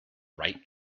right